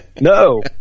no